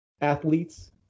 athletes